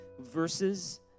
verses